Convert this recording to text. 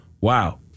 Wow